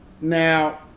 Now